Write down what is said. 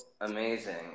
amazing